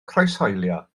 croeshoelio